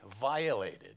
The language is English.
violated